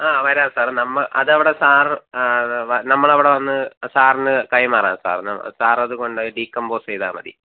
ആ വരാം സാർ നമ്മൾ അത് അവിടെ സാർ നമ്മൾ അവിടെ വന്ന് സാറിന് കൈമാറാം സാർ സാർ അത് കൊണ്ട് ഡീക്കമ്പോസ് ചെയ്താൽ മതി